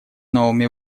новыми